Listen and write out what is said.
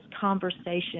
conversation